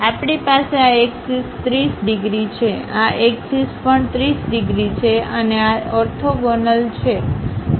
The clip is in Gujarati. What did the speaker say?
આપણી પાસે આ એક્સિસ 30 ડિગ્રી છે આ એક્સિસ પણ 30 ડિગ્રી છે અને આ ઓર્થોગોનલ છે